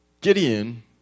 Gideon